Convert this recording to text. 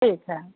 ठीक है